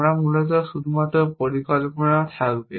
আমরা মূলত শুধুমাত্র পরিকল্পনা থাকবে